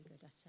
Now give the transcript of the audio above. good